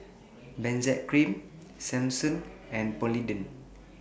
Benzac Cream Selsun and Polident